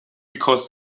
because